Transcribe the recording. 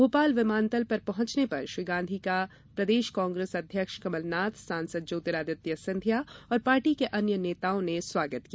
भोपाल विमानतल पर पहंचने पर श्री गांधी का प्रदेश कांग्रेस अध्यक्ष कमलनाथ सांसद ज्यातिरादित्य सिंधिया और पार्टी के अन्य नेताओं ने स्वागत किया